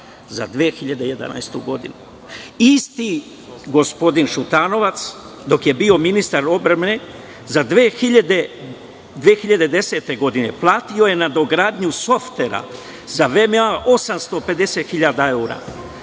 za 2011. godinu. Isti taj gospodin Šutanovac, dok je bio ministar odbrane, za 2010. platio je nadogradnju softvera za VMA 850 hiljada